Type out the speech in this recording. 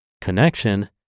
connection